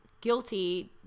guilty